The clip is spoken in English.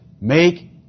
make